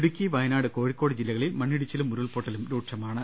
Idukki Wayanad Kozhikode ജില്ലകളിൽ മണ്ണിടിച്ചിലും ഉരുൾപൊട്ടലും രൂക്ഷമാ ണ്